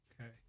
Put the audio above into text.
Okay